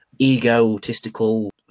egotistical